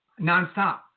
Nonstop